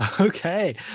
Okay